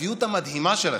הצביעות המדהימה שלכם.